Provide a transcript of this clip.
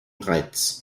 reiz